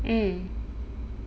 mm